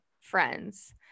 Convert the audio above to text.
friends